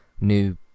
new